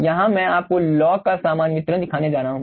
यहां मैं आपको लॉग का सामान्य वितरण दिखाने जा रहा हूं